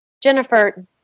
Jennifer